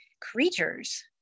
creatures